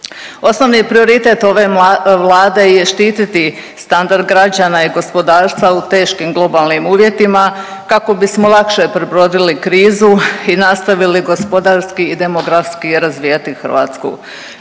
Osnovni prioritet ove Vlade je štititi standard građana i gospodarstva u teškim globalnim uvjetima kako bismo lakše prebrodili krizu i nastavili gospodarski i demografski razvijati Hrvatsku.